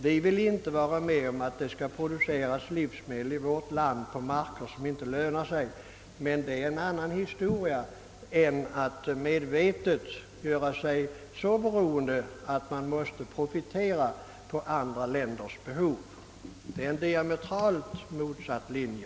Vi vill inte vara med om att det skall produceras livsmedel i vårt land på jordar där det inte lönar sig, men detta är något annat än att medvetet göra sig så beroende av import att man måste profitera på andra länders behov. Det är en diametralt motsatt linje.